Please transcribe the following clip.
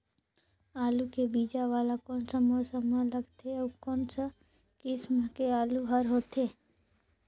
आलू के बीजा वाला कोन सा मौसम म लगथे अउ कोन सा किसम के आलू हर होथे?